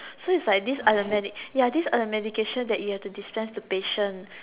so is like these are the medi~ ya these are medications that you have to dispense to patients